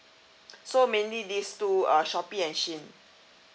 so mainly these two uh shopee and shein